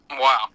Wow